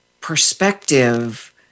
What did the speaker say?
perspective